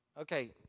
Okay